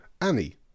Annie